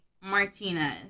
Martinez